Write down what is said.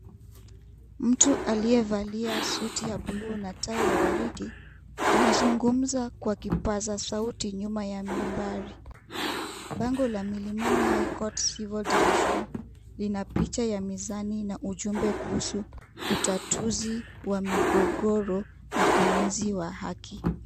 Mtu aliyevalia suti la buluu na tai ya waridi anazungumza kwa kipaza sauti nyuma ya mimbari. Bango na milimani high court civil division, lina picha ya huimizo na ujumbe kuhusu utatuzi wa migogoro na ulinzi wa haki.